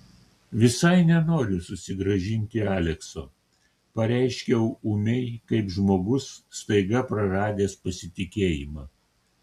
visai nenoriu susigrąžinti alekso pareiškiau ūmiai kaip žmogus staiga praradęs pasitikėjimą